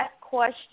question